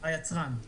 היצרן.